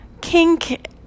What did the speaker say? kink